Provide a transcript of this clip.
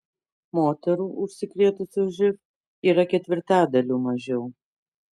moterų užsikrėtusių živ yra ketvirtadaliu mažiau